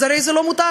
אז הרי זה לא מותר.